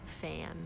fan